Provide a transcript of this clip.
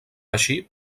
així